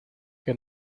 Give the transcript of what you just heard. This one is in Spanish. que